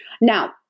Now